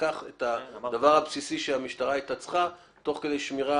לקח את הדבר הבסיסי שהמשטרה הייתה צריכה תוך כדי שמירה